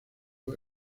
dio